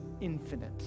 infinite